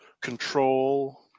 control